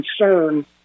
concern